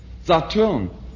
Saturn